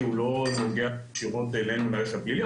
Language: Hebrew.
הוא לא נוגע ישירות אלינו להליך הפלילי,